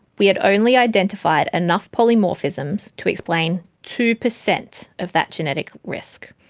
we had only identified enough polymorphisms to explain two per cent of that genetic risk.